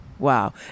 Wow